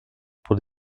pour